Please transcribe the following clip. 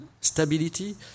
stability